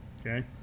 Okay